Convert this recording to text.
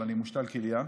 אבל אני מושתל כליה.